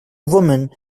woman